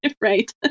Right